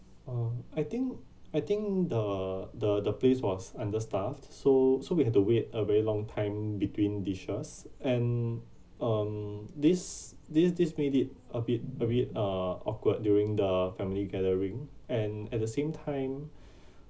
uh I think I think the the the place was understaffed so so we have to wait a very long time between dishes and um this this this made it a bit a bit uh awkward during the family gathering and at the same time